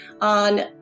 on